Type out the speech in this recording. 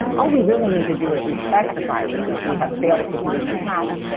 all we really need to do is respect the virus, which we have failed to do in the past.